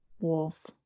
wolf